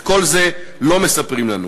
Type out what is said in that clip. את כל זה לא מספרים לנו.